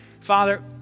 Father